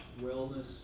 wellness